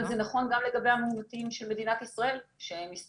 אבל זה נכון גם לגבי המאומתים של מדינת ישראל שמסתובבים,